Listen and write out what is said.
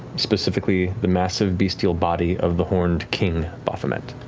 specifically the massive bestial body of the horned king, baphomet.